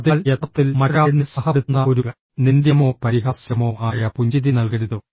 അതിനാൽ യഥാർത്ഥത്തിൽ മറ്റൊരാളെ നിരുത്സാഹപ്പെടുത്തുന്ന ഒരു നിന്ദ്യമോ പരിഹാസ്യമോ ആയ പുഞ്ചിരി നൽകരുത്